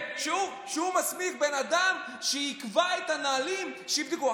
הוא מסמיך בן אדם שיקבע את הנהלים שיבדקו.